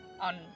on